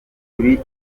turi